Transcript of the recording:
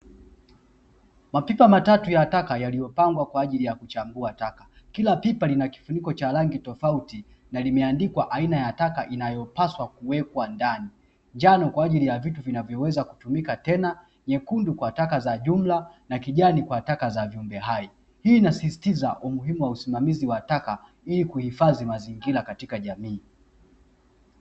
Mapipa matatu ya taka yaliyopangwa kwa ajili ya kuchambua taka. Kila pipa lina kifuniko cha rangi tofauti na limeandikwa aina ya taka inayopaswa kuwekwa ndani. Njano kwa ajili ya vitu vinavyoweza kutumika tena, nyekundu kwa taka za jumla na kijani kwa taka za viumbe hai. Hii inasisitiza umuhimu wa usimamizi wa taka ili kuhifadhi mazingira katika jamii.